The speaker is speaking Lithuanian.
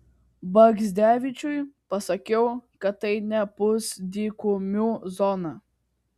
bagdzevičiui pasakiau kad tai ne pusdykumių zona